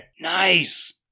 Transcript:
Nice